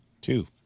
Two